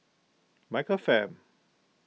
Michael Fam